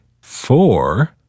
four